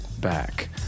back